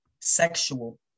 sexual